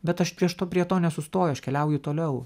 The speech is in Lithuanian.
bet aš prieš to prie to nesustoju aš keliauju toliau